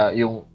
yung